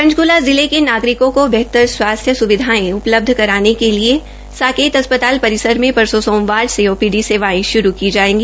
पंचकूला जिले के नागरिकों को बेहतर स्वास्थ्य सुविधाएं उपलब्ध करवाने के लिए साकेत अस्पताल परिसर में परसों सोमवार से ओपीडी सेवाएं शुरू की जायेंगी